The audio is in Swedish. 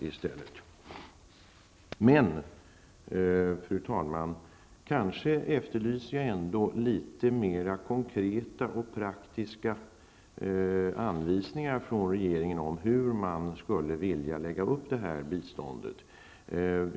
Fru talman! Jag efterlyser ändå litet mera konkreta och praktiska anvisningar från regeringen om hur man tänker lägga upp detta bistånd.